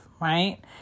right